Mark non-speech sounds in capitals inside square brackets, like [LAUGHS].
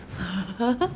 [LAUGHS]